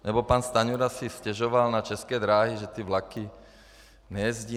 Nebo pan Stanjura si stěžoval na České dráhy, že ty vlaky nejezdí.